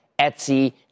Etsy